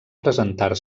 presentar